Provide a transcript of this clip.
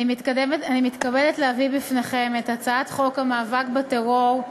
אני מתכבדת להביא בפניכם את הצעת חוק המאבק בטרור,